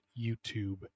YouTube